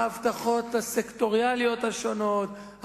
ההבטחות הסקטוריאליות השונות,